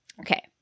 Okay